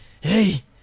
hey